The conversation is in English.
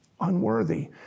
unworthy